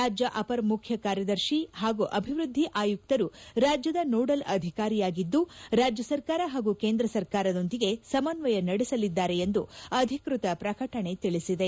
ರಾಜ್ಯ ಅಪರ ಮುಖ್ಯ ಕಾರ್ಯದರ್ಶಿ ಹಾಗೂ ಅಭಿವೃದ್ಧಿ ಆಯುಕ್ತರು ರಾಜ್ಯದ ನೋಡೆಲ್ ಅಧಿಕಾರಿಯಾಗಿದ್ದು ರಾಜ್ಯ ಸರ್ಕಾರ ಹಾಗೂ ಕೇಂದ್ರ ಸರ್ಕಾರದೊಂದಿಗೆ ಸಮನ್ನಯ ನಡೆಸಲಿದ್ದಾರೆ ಎಂದು ಅಧಿಕೃತ ಪ್ರಕಟಣೆ ತಿಳಿಸಿದೆ